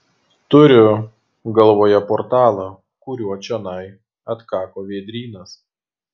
turiu galvoje portalą kuriuo čionai atkako vėdrynas